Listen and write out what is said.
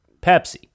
Pepsi